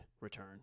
return